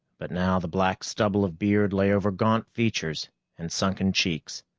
but now the black stubble of beard lay over gaunt features and sunken cheeks.